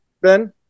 Ben